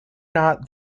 not